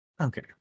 Okay